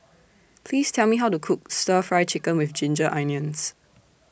Please Tell Me How to Cook Stir Fry Chicken with Ginger Onions